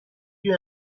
you